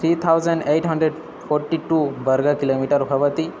three thousand eight hundred forty two वर्ग kilometre भवति